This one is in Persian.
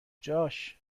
جاش